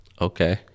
okay